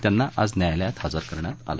त्यांना आज न्यायालयात हजर करण्यात आलं